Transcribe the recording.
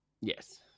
yes